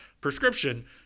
prescription